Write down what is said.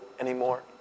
anymore